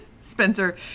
Spencer